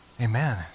amen